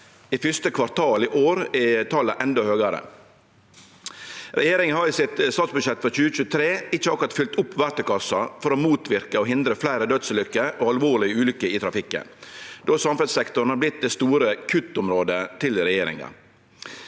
I fyrste kvartal i år er talet endå høgare. Regjeringa har i statsbudsjettet for 2023 ikkje akkurat fylt opp verktøykassa for å motverke og hindre fleire dødsulykker og alvorlege ulykker i trafikken. Samferdselssektoren har vorte det store kuttområdet til regjeringa.